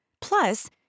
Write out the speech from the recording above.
Plus